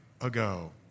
ago